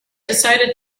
decided